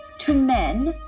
to men